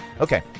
Okay